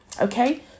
okay